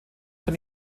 für